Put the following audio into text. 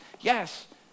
yes